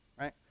right